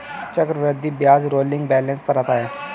चक्रवृद्धि ब्याज rolling balance पर आता है